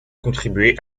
contribuer